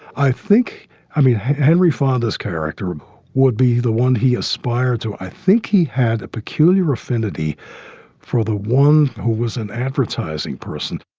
i think i mean, henry fonda's character would be the one he aspired to. i think he had a peculiar affinity for the one who was an advertising person,